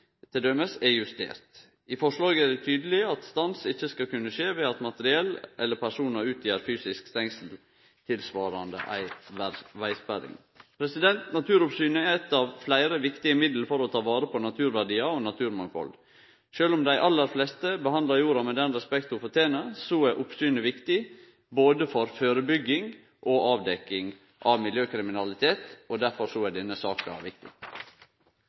er justert. I forslaget er det tydeleg at stans ikkje skal kunne skje ved at materiell eller personar utgjer fysisk stengsel tilsvarande ei vegsperring. Naturoppsynet er eit av fleire viktige middel for å ta vare på naturverdiar og naturmangfald. Sjølv om dei aller fleiste behandlar jorda med den respekt ho fortener, er oppsynet viktig – både for førebygging og avdekking av miljøkriminalitet – og derfor er denne saka viktig.